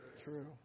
True